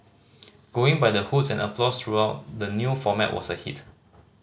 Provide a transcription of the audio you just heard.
going by the hoots and applause throughout the new format was a hit